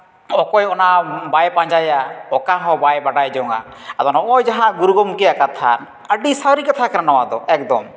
ᱚᱠᱚᱭ ᱚᱱᱟ ᱵᱟᱭ ᱯᱟᱸᱡᱟᱭᱟ ᱚᱠᱟ ᱦᱚᱸ ᱵᱟᱭ ᱵᱟᱰᱟᱭ ᱡᱚᱝᱟ ᱟᱫᱚ ᱱᱚᱜᱚᱭ ᱡᱟᱦᱟᱸ ᱜᱩᱨᱩ ᱜᱚᱢᱠᱮᱭᱟᱜ ᱠᱟᱛᱷᱟ ᱟᱹᱰᱤ ᱥᱟᱹᱨᱤ ᱠᱟᱛᱷᱟ ᱠᱟᱱᱟ ᱱᱚᱣᱟᱫᱚ ᱮᱠᱫᱚᱢ